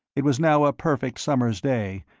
it was now a perfect summer's day,